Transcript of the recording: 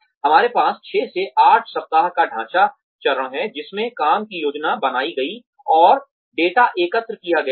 हमारे पास 6 से 8 सप्ताह का ढाँचा चरण है जिसमें काम की योजना बनाई गई है और डेटा एकत्र किया गया है